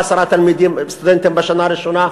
עשרה סטודנטים בשנה הראשונה,